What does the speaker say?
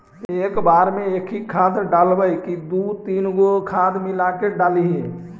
एक बार मे एकही खाद डालबय की दू तीन गो खाद मिला के डालीय?